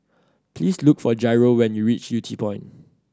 please look for Jairo when you reach Yew Tee Point